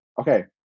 Okay